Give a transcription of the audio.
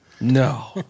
No